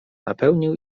napełnił